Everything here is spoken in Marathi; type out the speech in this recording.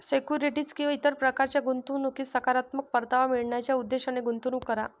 सिक्युरिटीज किंवा इतर प्रकारच्या गुंतवणुकीत सकारात्मक परतावा मिळवण्याच्या उद्देशाने गुंतवणूक करा